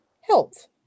health